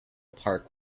park